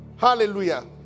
Hallelujah